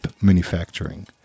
manufacturing